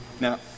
now